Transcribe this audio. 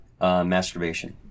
masturbation